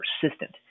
persistent